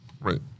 right